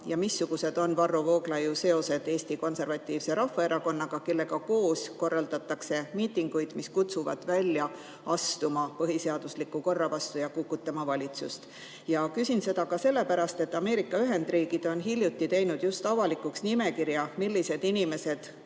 ja missugused on Varro Vooglaiu seosed Eesti Konservatiivse Rahvaerakonnaga, kellega koos korraldatakse miitinguid, mis kutsuvad välja astuma põhiseadusliku korra vastu ja kukutama valitsust? Küsin seda sellepärast, et Ameerika Ühendriigid on hiljuti teinud avalikuks nimekirja, millised inimesed